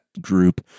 group